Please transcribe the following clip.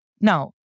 Now